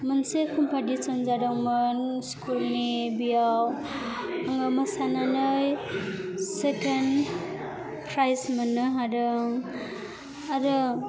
मोनसे कम्पिटिस'न जादोंमोन स्कुल नि बैयाव आङो मोसानानै सेकेन्ड प्राइज मोननो हादों आरो